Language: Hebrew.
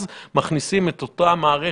אז מכניסים את אותה מערכת,